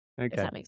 Okay